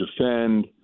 defend